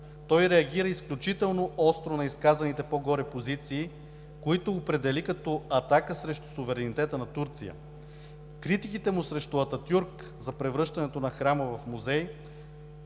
Той реагира изключително остро на изказаните по-горе позиции, които определи като „атака срещу суверенитета на Турция“. Критиките му срещу Ататюрк за превръщането на храма в музей